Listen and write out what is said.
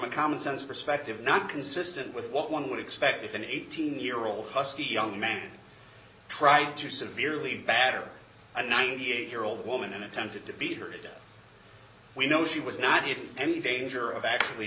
a common sense perspective not consistent with what one would expect if an eighteen year old husky young man tried to severely battered a ninety eight year old woman and attempted to beat her it we know she was not in any danger of actually